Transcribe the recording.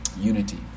Unity